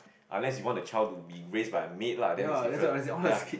unless you want the child to be raised by a maid lah then is different ya